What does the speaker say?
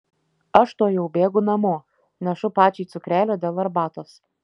aš tuojau bėgu namo nešu pačiai cukrelio dėl arbatos